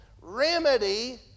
Remedy